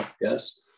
yes